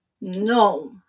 No